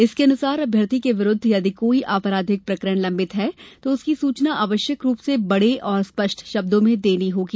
इसके अनुसार अभ्यर्थी के विरूद्व यदि कोई आपराधिक प्रकरण लंबित है तो उसकी सूचना आवश्यक रूप से बड़े और स्पष्ट शब्दों में देनी होगी